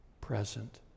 present